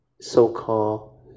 so-called